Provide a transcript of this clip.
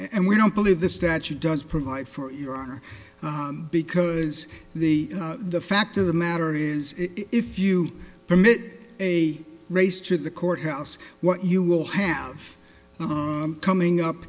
and we don't believe the statute does provide for your honor because the the fact of the matter is if you commit a race to the courthouse what you will have coming up